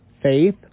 Faith